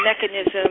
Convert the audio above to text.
mechanism